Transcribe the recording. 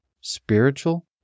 spiritual